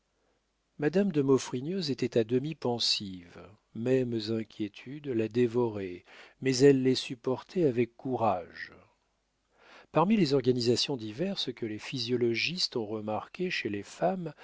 madame de maufrigneuse était à demi pensive mêmes inquiétudes la dévoraient mais elle les supportait avec courage parmi les organisations diverses que les physiologistes ont remarquées chez les femmes